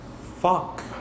fuck